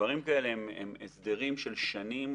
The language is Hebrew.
דברים כאלה הם הסדרים של שנים